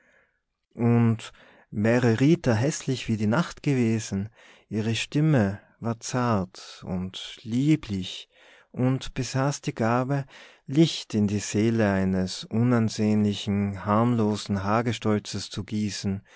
und wäre rita häßlich wie die nacht gewesen ihre stimme war zart und lieblich und besaß die gabe licht in die seele eines unansehnlichen harmlosen hagestolzes zu gießen